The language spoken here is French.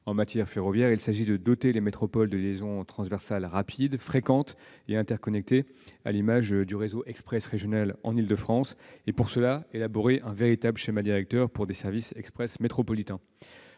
En matière ferroviaire, il s'agit de doter les métropoles de liaisons transversales rapides, fréquentes et interconnectées, à l'image du réseau express régional en Île-de-France, et d'élaborer, pour cela, un véritable schéma directeur pour des services express métropolitains.